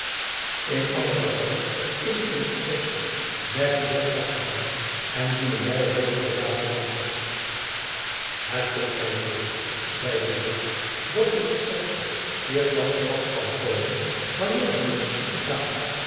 in allen gevalle is het een exceptie merkte bosveldt aan en dienen wy er over te beraadslagen het komt my voor zeide de witt dat een exceptie eerst dan te pas kan komen wanneer er een actie bestaat